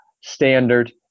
standard